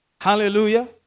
Hallelujah